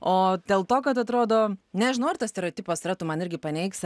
o dėl to kad atrodo nežinau ar tas stereotipas yra tu man irgi paneigsi